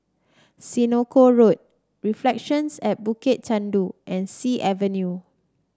Senoko Road Reflections at Bukit Chandu and Sea Avenue